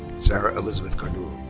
sarah elizabeth cardullo.